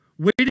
Waiting